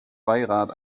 beirat